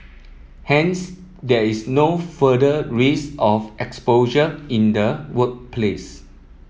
hence there is no further risk of exposure in the workplace